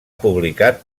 publicat